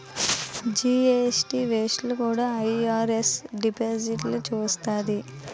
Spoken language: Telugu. జీఎస్టీ వసూళ్లు కూడా ఐ.ఆర్.ఎస్ డిపార్ట్మెంటే చూస్తాది